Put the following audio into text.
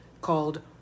called